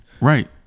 right